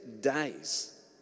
days